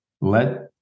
let